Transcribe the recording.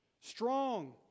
Strong